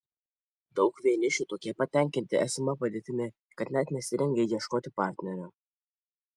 daug vienišių tokie patenkinti esama padėtimi kad net nesirengia ieškoti partnerio